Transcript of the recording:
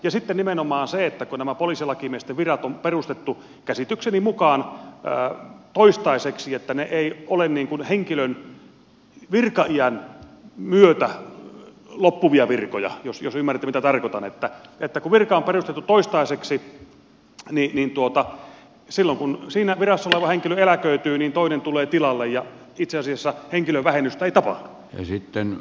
ja nimenomaan nämä poliisilakimiesten virat on perustettu käsitykseni mukaan toistaiseksi ne eivät ole henkilön virkaiän myötä loppuvia virkoja jos ymmärrätte mitä tarkoitan ja kun virka on perustettu toistaiseksi niin silloin kun siinä virassa oleva henkilö eläköityy toinen tulee tilalle ja itse asiassa henkilövähennystä ei tapahdu